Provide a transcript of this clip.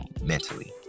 mentally